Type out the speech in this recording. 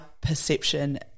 perception